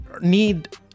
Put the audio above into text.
need